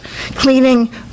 cleaning